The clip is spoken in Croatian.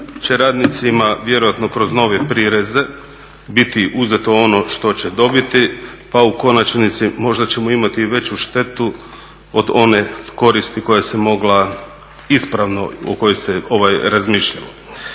će radnicima vjerojatno kroz nove prireze biti uzeto ono što će dobiti, pa u konačnici možda ćemo imati i veću štetu od one koristi koja se mogla ispravno, o kojoj se razmišljalo.